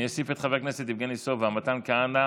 אני אוסיף את חבר הכנסת יבגני סובה, מתן כהנא